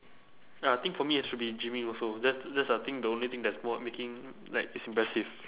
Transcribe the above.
ya I think for me it should be gymming also that's that's I think the only thing that is more making like it's impressive